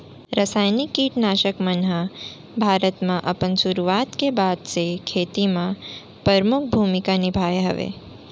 रासायनिक किट नाशक मन हा भारत मा अपन सुरुवात के बाद से खेती मा परमुख भूमिका निभाए हवे